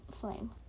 Flame